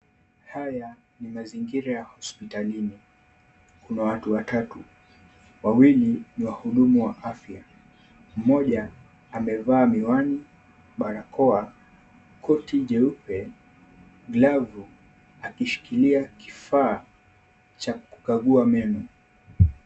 Haya ni mazingira ya hospitalini. Kuna watu watatu, wawili ni wahudumu wa afya. Mmoja amevaa miwani, barakoa, koti jeupe, glovu akishikilia kifaa cha kukagua meno.